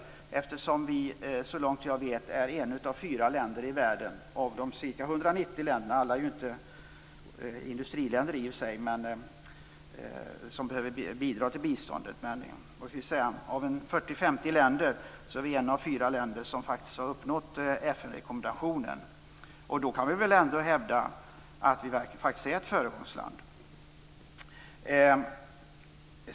Vi är så långt jag vet ett av fyra länder bland ca 190 i det här hänseendet. Alla dessa länder är i och för sig inte industriländer som ger bistånd, men låt oss säga att vi är ett av fyra länder bland 40-50 som har uppnått FN-rekommendationen. Då kan vi väl ändå hävda att vi är ett föregångsland?